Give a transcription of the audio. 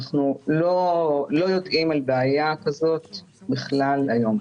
אנחנו לא יודעים על בעיה כזאת בכלל היום.